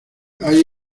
hay